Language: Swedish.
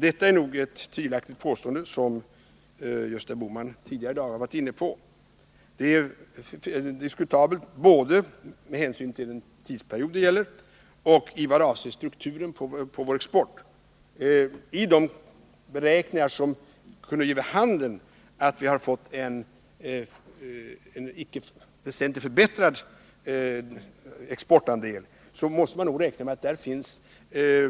Detta är nog ett tvivelaktigt påstående — det var Gösta Bohman tidigare i dag inne på — både med hänsyn till den tidsperiod det gäller och i vad avser strukturen på vår export. I de beräkningar som kunde ge vid handen att vi har fått en icke oväsentligt förbättrad exportandel, måste man nog räkna med att det finns